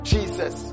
Jesus